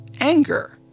Anger